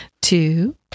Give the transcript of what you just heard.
two